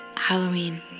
Halloween